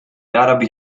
arabi